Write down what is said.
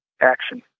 action